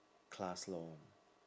class lor